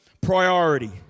priority